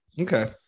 Okay